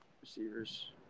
Receivers